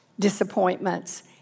disappointments